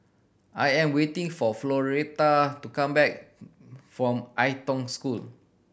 I am waiting for Floretta to come back from Ai Tong School